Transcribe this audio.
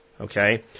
Okay